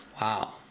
wow